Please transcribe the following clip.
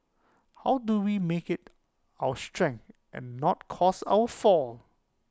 how do we make IT our strength and not cause our fall